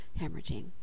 hemorrhaging